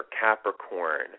Capricorn